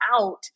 out